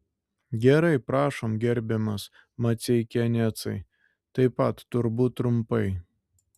gerai prašom gerbiamas maceikianecai taip pat turbūt trumpai